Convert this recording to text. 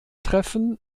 treffen